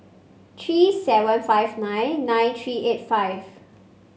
three seven five nine nine three eight five